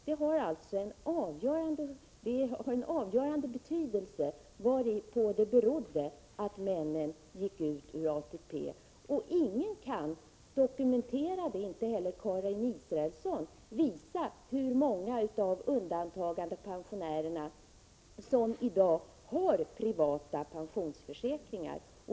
Det har en avgörande betydelse varpå det beror att männen gick ut ur ATP. Ingen kan dokumentera, inte heller Karin Israelsson, hur många undantagandepensionärer det är som i dag har privata pensionsförsäkringar.